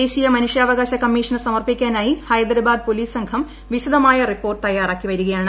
ദേശീയ മനുഷ്യാവകാശ കമ്മീഷനു സമർപ്പിക്കാനായി ഹൈദരാബാദ് പൊലീസ് സംഘം വിശദമായ റിപ്പോർട്ട് തയ്യാറാക്കി വരികയാണ്